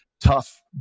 tough